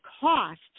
cost